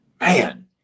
Man